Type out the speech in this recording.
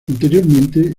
anteriormente